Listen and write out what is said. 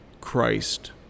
Christ